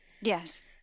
Yes